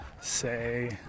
say